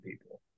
people